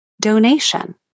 donation